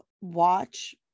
watch